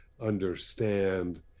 understand